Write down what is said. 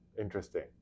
Interesting